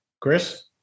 Chris